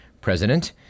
president